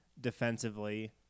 defensively